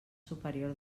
superior